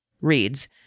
reads